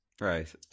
Right